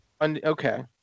Okay